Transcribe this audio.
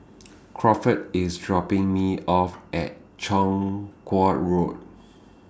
Crawford IS dropping Me off At Chong Kuo Road